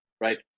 right